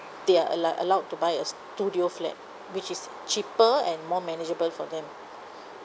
they are allow allowed to buy a studio flat which is cheaper and more manageable for them